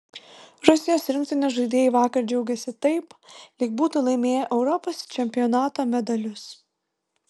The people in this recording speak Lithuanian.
rusijos rinktinės žaidėjai vakar džiaugėsi taip lyg būtų laimėję europos čempionato medalius